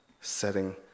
setting